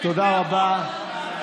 תודה רבה.